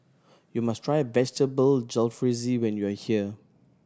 you must try Vegetable Jalfrezi when you are here